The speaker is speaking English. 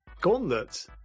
Gauntlet